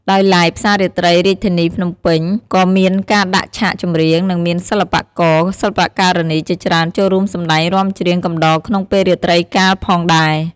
ដោយឡែកផ្សាររាត្រីរាជធានីភ្នំពេញក៏មានការដាក់ឆាកចម្រៀង និងមានសិល្បករ សិល្បការិនីជាច្រើនចូលរួមសម្តែងរាំច្រៀងកំដរក្នុងពេលរាត្រីកាលផងដែរ។